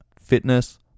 fitness